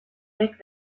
avec